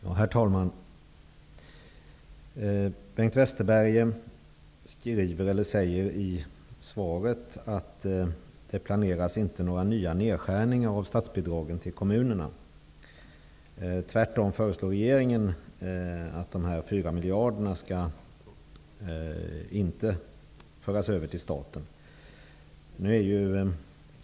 Herr talman! Bengt Westerberg säger i svaret att det inte planeras några nya nedskärningar av statsbidragen till kommunerna. Tvärtom föreslår regeringen att 4 miljarder inte skall föras över till staten.